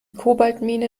kobaltmine